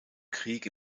krieg